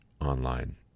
online